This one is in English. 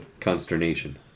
consternation